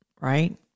right